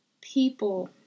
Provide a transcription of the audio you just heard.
people